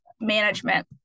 management